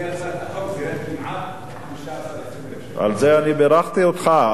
לפי הצעת החוק זה ירד כמעט ל-15,000 20,000. על כך אני בירכתי אותך,